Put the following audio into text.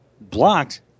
blocked